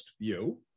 view